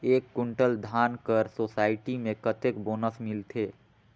एक कुंटल धान कर सोसायटी मे कतेक बोनस मिलथे?